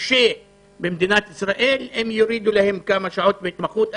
קשה במדינת ישראל אם יורידו להם כמה שעות בהתמחות.